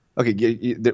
Okay